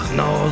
no